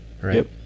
right